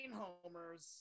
homers